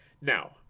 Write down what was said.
Now